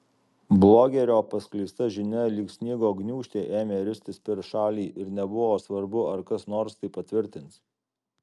blogerio paskleista žinia lyg sniego gniūžtė ėmė ristis per šalį ir nebuvo svarbu ar kas nors tai patvirtins